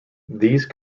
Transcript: these